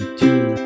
two